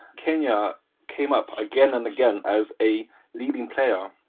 kenya came up again and again as a leading player,